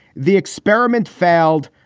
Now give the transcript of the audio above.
the experiment failed.